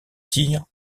tirs